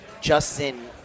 Justin